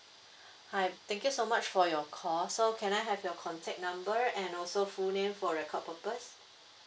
hi thank you so much for your call so can I have your contact number and also full name for record purpose